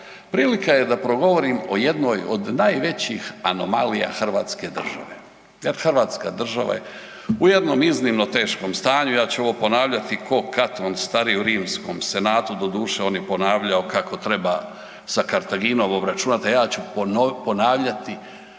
prilika je da progovorim o jednoj od najvećih anomalija hrvatske države jer hrvatska država je u jednom iznimno teškom stanju, ja ću ovo ponavljati Katon Stariji u rimskom senatu, doduše on je ponavljao kako treba sa Kartaginom obračunat, a ja ću ponavljati